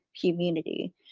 community